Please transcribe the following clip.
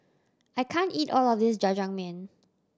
I can't eat all of this Jajangmyeon